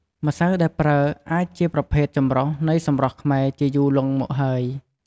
ម្សៅដែលប្រើអាចជាប្រភេទចម្រុះនៃសម្រស់ខ្មែរជាយូរលុងមកហើយ។